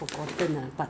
我知道我知道